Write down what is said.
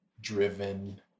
driven